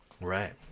right